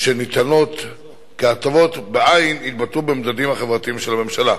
שניתנים כהטבות בעין יתבטאו במדדים החברתיים של הממשלה.